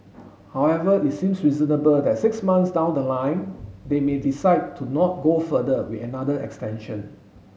however it seems reasonable that six months down the line they may decide to not go further with another extension